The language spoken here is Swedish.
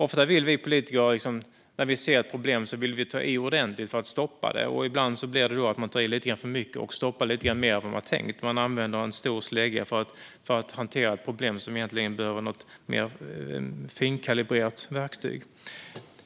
När vi politiker ser ett problem vill vi ofta ta i ordentligt för att stoppa det. Ibland tar man kanske i för mycket och stoppar mer än vad man hade tänkt. Man använder en stor slägga för att hantera ett problem som egentligen behöver ett mer finkalibrerat verktyg.